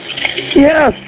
yes